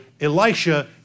Elisha